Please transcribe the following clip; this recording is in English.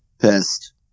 Pissed